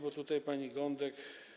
Bo tutaj pani Gądek.